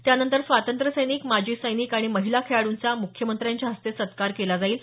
त्यानंतर स्वातंत्र्य सैनिक माजी सैनिक आणि महिला खेळाडूंचा म्ख्यमंत्र्यांच्या हस्ते सत्कार केला जाईल